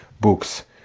books